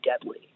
deadly